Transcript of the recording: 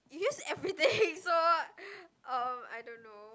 you use everything so~ um I don't know